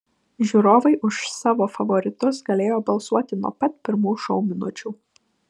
žiūrovai už savo favoritus galėjo balsuoti nuo pat pirmų šou minučių